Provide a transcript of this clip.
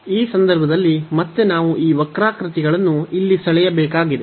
ಈ ಸಂದರ್ಭದಲ್ಲಿ ಮತ್ತೆ ನಾವು ಈ ವಕ್ರಾಕೃತಿಗಳನ್ನು ಇಲ್ಲಿ ಸೆಳೆಯಬೇಕಾಗಿದೆ